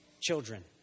children